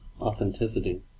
Authenticity